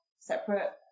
separate